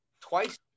twice